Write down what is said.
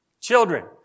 Children